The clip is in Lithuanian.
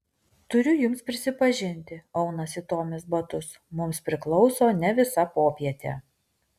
turiu jums prisipažinti aunasi tomis batus mums priklauso ne visa popietė